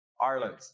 Ireland